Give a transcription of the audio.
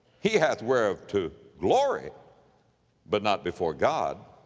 he hath whereof to glory but not before god.